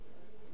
תודה לך.